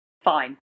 fine